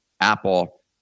Apple